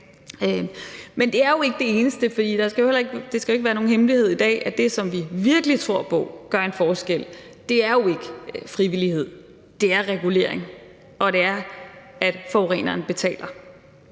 Men det er ikke det eneste, for det skal ikke være nogen hemmelighed i dag, at det, som vi virkelig tror på kan gøre en forskel, jo ikke er frivillighed, det er regulering, og det er, at forureneren betaler.